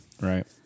Right